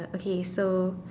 okay so